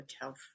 health